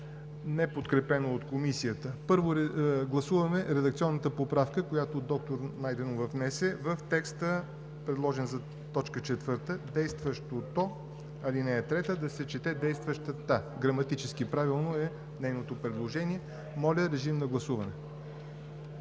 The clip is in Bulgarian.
неподкрепено от Комисията. Първо, гласуваме редакционната поправка, която доктор Найденова внесе в текста, предложен за т. 4 – „действащото ал. 3“, да се чете „действащата“. Граматически правилно е нейното предложение. Гласували